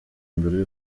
mbere